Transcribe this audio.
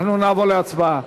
אנחנו נעבור להצבעה.